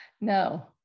No